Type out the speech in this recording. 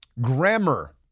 grammar